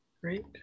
great